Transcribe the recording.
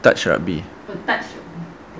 touch rugby